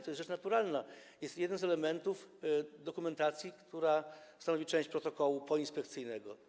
To jest rzecz naturalna, to jest jeden z elementów dokumentacji, która stanowi część protokołu poinspekcyjnego.